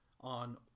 on